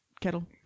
kettle